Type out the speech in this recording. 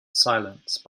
silence